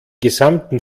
gesamten